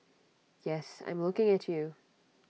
yes I'm looking at you